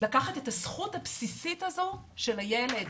לקחת את הזכות הבסיסית הזו של הילד.